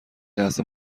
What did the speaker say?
لحظه